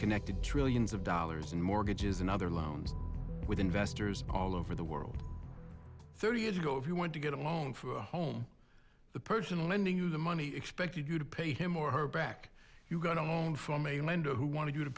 connected trillions of dollars in mortgages and other loans with investors all over the world thirty years ago if you want to get along for the home the persian lending you the money expected you to pay him or her back you got a home from a lender who wanted you to